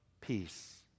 peace